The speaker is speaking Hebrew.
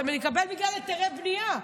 אתה מקבל בגלל היתרי בנייה.